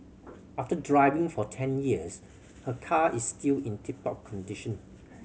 after driving for ten years her car is still in tip top condition